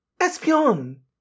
Espion